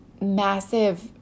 massive